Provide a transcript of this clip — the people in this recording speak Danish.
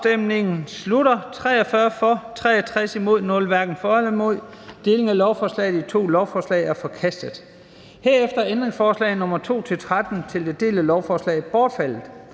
Stephensen (UFG)), hverken for eller imod stemte 0. Delingen af lovforslaget i to lovforslag er forkastet Herefter er ændringsforslag nr. 2-13 til det delte lovforslag bortfaldet.